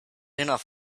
enough